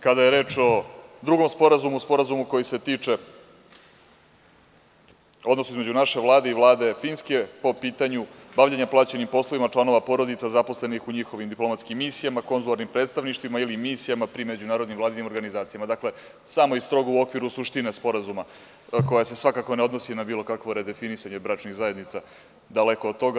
Kada je reč o drugom sporazumu, Sporazumu koji se tiče odnosa između naše Vlade i Vlade Finske po pitanju bavljenja plaćenim poslovima članova porodica zaposlenih u njihovim diplomatskim misijama, konzularnim predstavništvima ili misijama pri međunarodnim vladinim organizacijama, dakle, samo i strogo u okviru suštine sporazuma, koja se svakako ne odnosi na bilo kakvo redefinisanje bračnih zajednica, daleko od toga.